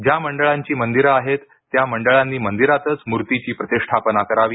ज्या मंडळांची मंदिर आहेत त्या मंडळांनी मंदिरातच मूर्तीची प्रतिष्ठापना करावी